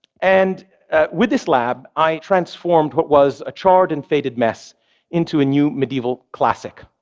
and with this lab, i transformed what was a charred and faded mess into a new medieval classic.